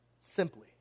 simply